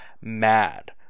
mad